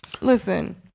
Listen